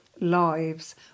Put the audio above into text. lives